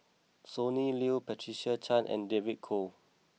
Sonny Liew Patricia Chan and David Kwo